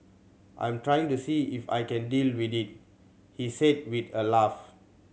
I'm trying to see if I can deal with it he said with a laugh